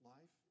Life